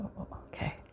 Okay